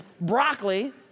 broccoli